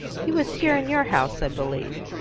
he was here in your house, i believe.